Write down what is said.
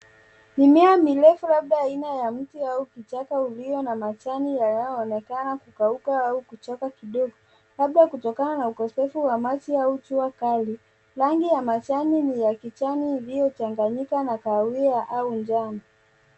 Mimea mirefu labda aina ya mti au kichaka ulio na majani yanayoonekana kukauka au kuchoka kidogo labda kutokana na ukosefu wa maji au jua kali. Rangi ya majani ni ya kijani iliyochanganyika na kahawia au njano.